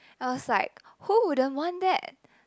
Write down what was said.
I was like who wouldn't want that